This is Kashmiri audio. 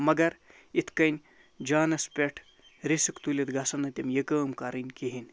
مگر یِتھ کٔنۍ جانَس پٮ۪ٹھ رِسِک تُلِتھ گژھَن نہٕ تِم یہِ کٲم کَرٕنۍ کِہیٖنۍ